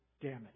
damage